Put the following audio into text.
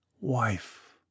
wife